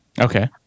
Okay